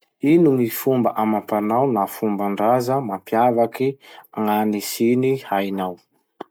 Ino gny fomba amam-panao na fomban-draza mampiavaky gn'any Chine hainao?